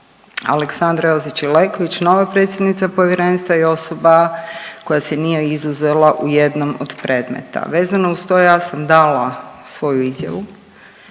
Aleksandra Jozić Ileković nova predsjednica povjerenstva i osoba koja se nije izuzela u jednom od predmeta. Vezano uz to ja sam dala svoju izjavu,